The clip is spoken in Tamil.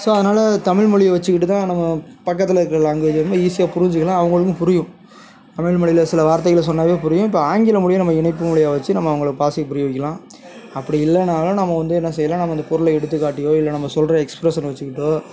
ஸோ அதனால தமிழ் மொழியை வச்சிகிட்டு தான் நம்ம பக்கத்தில் இருக்கிற லாங்குவேஜ்ஜை நம்ம ஈஸியாக புரிஞ்சிக்கலாம் அவங்களுக்கு புரியும் தமிழ் மொழியில் சில வார்த்தைகளை சொன்னாவே புரியும் இப்போ ஆங்கில மொழியும் நம்ம இணைப்பு மொழியாக வச்சு நம்ம அவங்களை பாஷையை புரிய வைக்கலாம் அப்படி இல்லைனாலும் நம்ம வந்து என்ன செய்யலாம் நம்ம இந்த பொருளை எடுத்து காட்டியோ இல்லை நம்ம சொல்கிற எக்ஸ்பிரஷனை வச்சுகிட்டோ